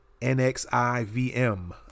nxivm